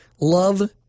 love